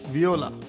Viola